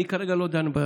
אני כרגע לא דן,